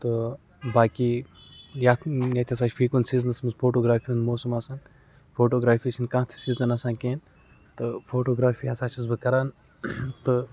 تہٕ باقٕے یَتھ ییٚتہِ ہَسا چھِ فی کُنہِ سیٖزنَس منٛز فوٹوٗگرٛافی ہُنٛد موسم آسان فوٹوٗگرٛافی چھَنہٕ کانٛہہ تہِ سیٖزَن آسان کینٛہہ تہٕ فوٹوٗگرٛافی ہَسا چھُس بہٕ کَران تہٕ